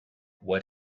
what